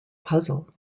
puzzle